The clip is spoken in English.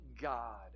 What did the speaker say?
God